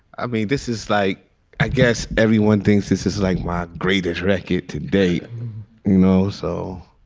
i mean, this is like i guess everyone thinks this is like my greatest record today. you know, so.